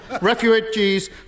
refugees